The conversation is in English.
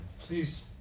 Please